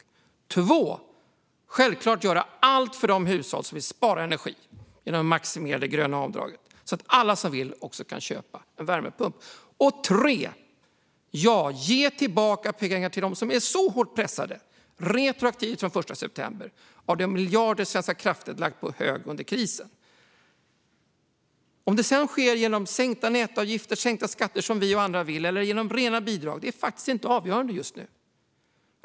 För det andra: Självklart ska vi göra allt för de hushåll som vill spara energi. Genom det maximerade gröna avdraget kan alla som vill också köpa en värmepump. För det tredje: Ge tillbaka pengar till dem som är hårt pressade, retroaktivt från den 1 september, av de miljarder Svenska kraftnät lagt på hög under krisen. Om det sedan sker genom sänkta nätavgifter, genom sänkta skatter - som vi och andra vill - eller genom rena bidrag är faktiskt inte avgörande just nu.